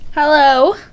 hello